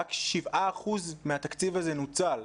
רק 7% מן התקציב הזה נוצל.